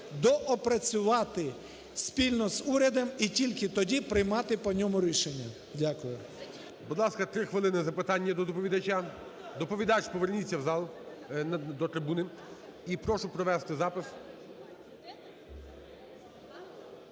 доопрацювати спільно з урядом і тільки тоді приймати по ньому рішення. Дякую. ГОЛОВУЮЧИЙ. Будь ласка, 3 хвилини запитання до доповідача. Доповідач, поверніться в зал до трибуни. І прошу провести запис.